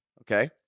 Okay